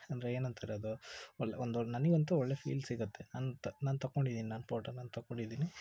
ಅಂದರೆ ಏನಂತಾರೆ ಅದು ಒಳ್ಳೆಯ ಒಂದು ನನಗಂತು ಒಳ್ಳೆಯ ಫೀಲ್ ಸಿಗುತ್ತೆ ನಾನು ತ ನಾನು ತಗೊಂಡಿದ್ದೀನಿ ನಾನು ಫೋಟೋ ನಾನು ತಗೊಂಡಿದ್ದೀನಿ